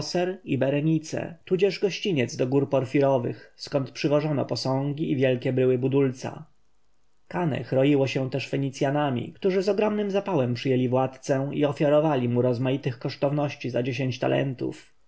i berenice tudzież gościniec do gór porfirowych skąd przywożono posągi i wielkie bryły budulca kaneh roiło się też fenicjanami którzy z ogromnym zapałem przyjęli władcę i ofiarowali mu rozmaitych kosztowności za dziesięć talentów